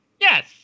yes